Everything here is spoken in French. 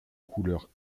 couleur